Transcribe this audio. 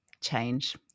change